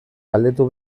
galdetu